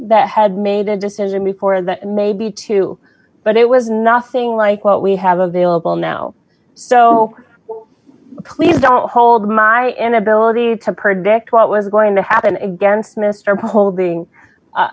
that had made a decision before that maybe two but it was nothing like what we have available now so please don't hold my inability to predict what was going to happen against mr